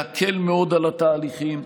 להקל מאוד את התהליכים,